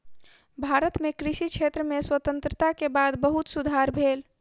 भारत मे कृषि क्षेत्र में स्वतंत्रता के बाद बहुत सुधार भेल